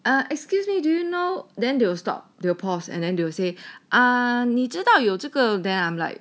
ah excuse me do you know then they will stop they will pause and then they will say uh 你知道有这个 then I'm like